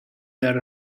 there